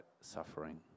suffering